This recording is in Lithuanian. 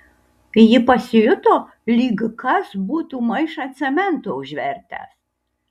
ji pasijuto lyg kas būtų maišą cemento užvertęs